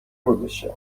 گذاشتم